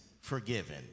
forgiven